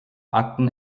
akten